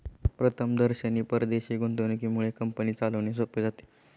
प्रथमदर्शनी परदेशी गुंतवणुकीमुळे कंपनी चालवणे सोपे जाते